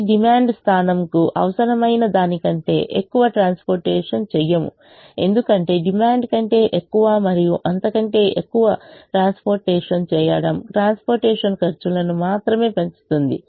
ప్రతి డిమాండ్ స్థానంకు అవసరమైన దానికంటే ఎక్కువ ట్రాన్స్పోర్టేషన్ చేయము ఎందుకంటే డిమాండ్ కంటే ఎక్కువ మరియు అంతకంటే ఎక్కువ ట్రాన్స్పోర్టేషన్ చేయడం ట్రాన్స్పోర్టేషన్ ఖర్చులను మాత్రమే పెంచుతుంది